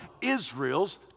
Israel's